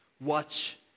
Watch